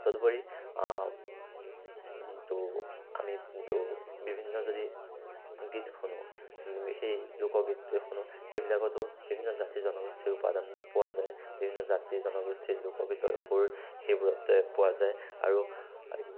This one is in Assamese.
তদুপৰি তো আমি তো বিভিন্ন যদি গীত শুনো সেই লোকগীত শুনো সেইবিলাকতো বিভিন্ন জাতি জনগোষ্ঠীৰ উপাদান পোৱা যায় বিভিন্ন জাতি জনগোষ্ঠীৰ লোকগীতৰ সুৰ সেইবোৰতে পোৱা যায় আৰু